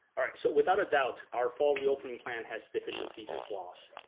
ah so without a doubt our fall reopening plan has deficiencies and flaws.